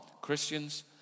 Christians